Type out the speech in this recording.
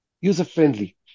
user-friendly